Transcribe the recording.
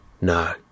No